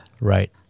right